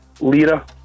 Lira